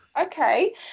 okay